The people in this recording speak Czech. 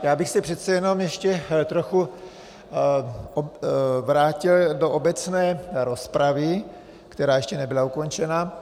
Já bych se přece jenom ještě trochu vrátil do obecné rozpravy, která ještě nebyla ukončena.